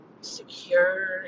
secure